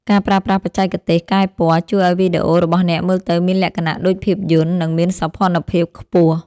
ការប្រើប្រាស់បច្ចេកទេសកែពណ៌ ជួយឱ្យវីដេអូរបស់អ្នកមើលទៅមានលក្ខណៈដូចភាពយន្ត និងមានសោភ័ណភាពខ្ពស់។